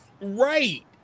Right